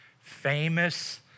Famous